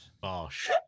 Bosh